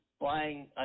Buying –